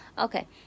okay